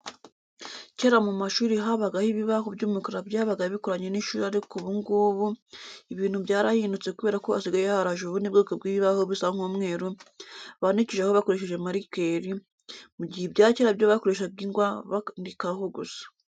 Kera mu mashuri habagaho ibibaho by'umukara byabaga bikoranye n'ishuri ariko ubu ngubu ibintu byarahindutse kubera ko hasigaye haraje ubundi bwoko bw'ibibaho bisa nk'umweru, bandikishaho bakoresheje marikeri, mu gihe ibya kera byo bakoreshaga ingwa bandikaho gusa.